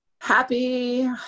Happy